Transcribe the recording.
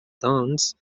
doncs